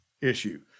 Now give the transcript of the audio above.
issue